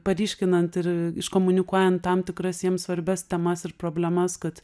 paryškinant ir iškomunikuojant tam tikras jiems svarbias temas ir problemas kad